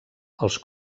els